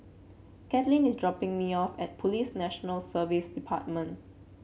Kathlene is dropping me off at Police National Service Department